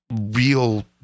real